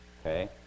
Okay